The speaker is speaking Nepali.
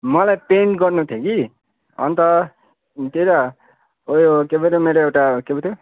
मलाई पेन्ट गर्नु थियो कि अन्त त्यही त उयो के पो त्यो मेरो एउटा के पो त्यो